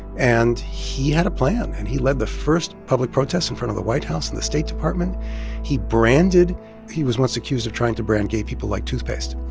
and he had a plan. and he led the first public protest in front of the white house and the state department he branded he was once accused of trying to brand gay people like toothpaste.